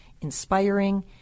inspiring